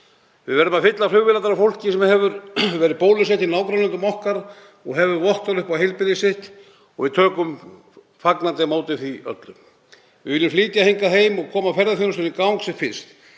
Við verðum að fylla flugvélarnar af fólki sem hefur verið bólusett í nágrannalöndum okkar og hefur vottorð upp á heilbrigði sitt. Við tökum fagnandi á móti því öllu. Við viljum flytja það hingað heim og koma ferðaþjónustunni í gang sem fyrst.